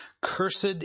Cursed